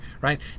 Right